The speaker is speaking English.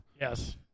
Yes